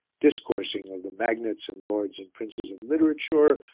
discoursing of the magnates and lords and princes of literature,